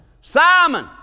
Simon